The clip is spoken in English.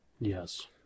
Yes